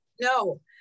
No